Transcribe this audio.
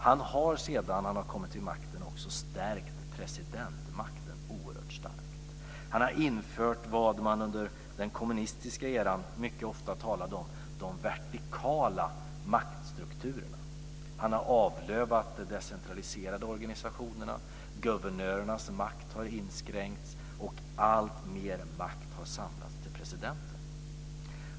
Han har sedan han har kommit till makten också stärkt presidentmakten oerhört mycket. Han har infört något som man under den kommunistiska eran mycket ofta talade om: de vertikala maktstrukturerna. Han har avlövat de decentraliserade organisationerna. Guvernörernas makt har inskränkts och alltmer makt har samlats hos presidenten.